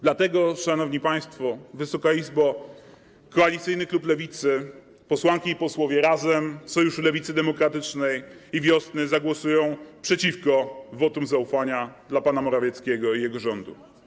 Dlatego, szanowni państwo, Wysoka Izbo, koalicyjny klub Lewicy, posłanki i posłowie Razem, Sojuszu Lewicy Demokratycznej i Wiosny zagłosują przeciwko wotum zaufania dla pana Morawieckiego i jego rządu.